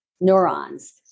neurons